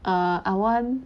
err I want